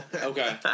okay